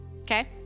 okay